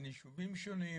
ישובים שונים,